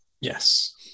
Yes